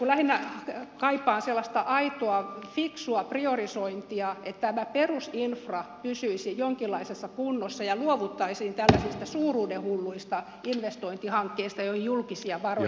minä lähinnä kaipaan sellaista aitoa fiksua priorisointia että tämä perusinfra pysyisi jonkinlaisessa kunnossa ja luovuttaisiin tällaisista suuruudenhulluista investointihankkeista joihin julkisia varoja syydetään